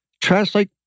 translate